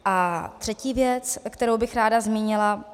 A třetí věc, kterou bych ráda zmínila.